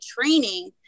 training